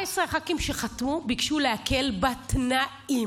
14 הח"כים שחתמו ביקשו להקל בתנאים.